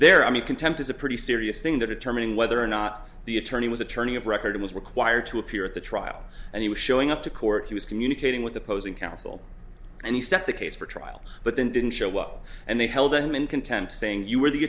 there i mean contempt is a pretty serious thing that determining whether or not the attorney was attorney of record was required to appear at the trial and he was showing up to court he was communicating with opposing counsel and he set the case for trial but then didn't show up and they held him in contempt saying you were the